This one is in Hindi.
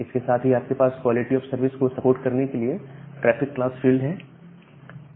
इसके साथ ही आपके पास क्वालिटी ऑफ़ सर्विस को सपोर्ट करने के लिए ट्रैफिक क्लास फील्ड है